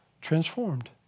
transformed